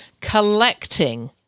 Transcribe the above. collecting